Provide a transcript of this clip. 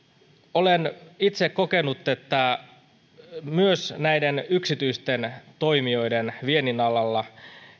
olen itse kokenut että viennin alalla myös yksityisten toimijoiden